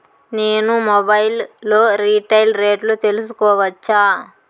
నేను మొబైల్ లో రీటైల్ రేట్లు తెలుసుకోవచ్చా?